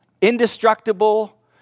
indestructible